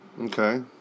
Okay